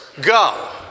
go